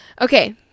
Okay